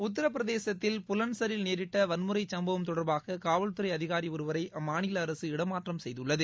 உத்திரபிரதேசத்தில் புலன்சரில் நேரிட்ட வன்முறை சும்பவம் தொடர்பாக காவல்துறை அதிகாரி ஒருவரை அம்மாநில அரசு இடமாற்றம் செய்துள்ளது